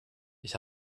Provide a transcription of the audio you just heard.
ich